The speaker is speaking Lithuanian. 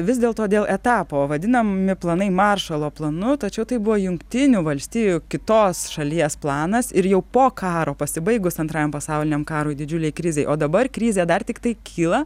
vis dėl to dėl etapo vadinami planai maršalo planu tačiau tai buvo jungtinių valstijų kitos šalies planas ir jau po karo pasibaigus antrajam pasauliniam karui didžiulei krizei o dabar krizė dar tiktai kyla